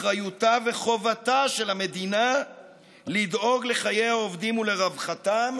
אחריותה וחובתה של המדינה לדאוג לחיי העובדים ולרווחתם,